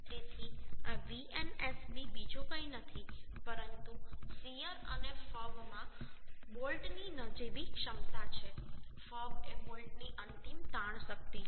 તેથી આ Vnsb બીજું કંઈ નથી પરંતુ શીયર અને ફબમાં બોલ્ટની નજીવી ક્ષમતા છે ફબ એ બોલ્ટની અંતિમ તાણ શક્તિ છે